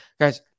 Guys